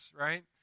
right